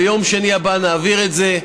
ביום שני הבא נעביר את זה,